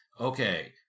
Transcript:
okay